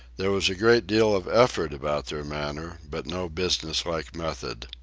there was a great deal of effort about their manner, but no businesslike method.